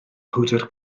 powdr